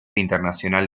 internacional